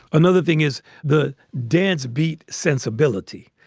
another thing is the dance beat sensibility,